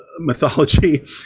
mythology